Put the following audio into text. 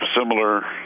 similar